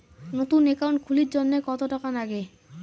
নতুন একাউন্ট খুলির জন্যে কত টাকা নাগে?